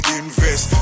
invest